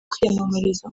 kwiyamamariza